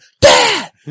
Dad